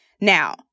Now